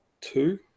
Two